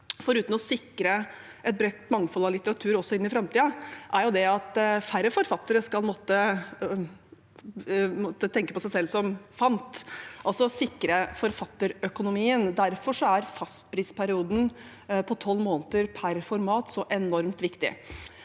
foruten å sikre et bredt mangfold av litteratur også inn i framtiden, er at færre forfattere skal måtte tenke på seg selv som «fant»; vi skal altså sikre forfatterøkonomien. Derfor er fastprisperioden på tolv måneder per format så enormt viktig.